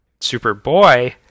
Superboy